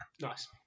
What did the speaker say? nice